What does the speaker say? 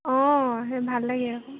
অঁ সেই ভাল লাগে আকৌ